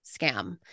scam